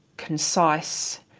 concise,